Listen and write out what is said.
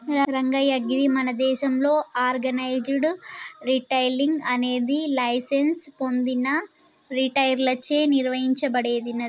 రంగయ్య గీది మన దేసంలో ఆర్గనైజ్డ్ రిటైలింగ్ అనేది లైసెన్స్ పొందిన రిటైలర్లచే నిర్వహించబడేది